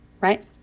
right